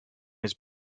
his